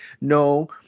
No